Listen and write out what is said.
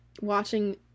watching